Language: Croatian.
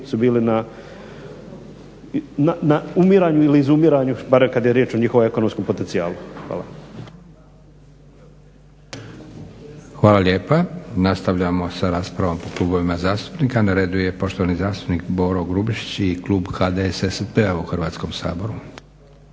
su bili na umiranju ili izumiranju barem kada je riječ o njihovom ekonomskom potencijalu. Hvala. **Leko, Josip (SDP)** Hvala lijepa. Nastavljamo sa raspravom po klubovima zastupnika. Na redu je poštovani zastupnik Boro Grubišić i klub HDSSB-a u Hrvatskom saboru.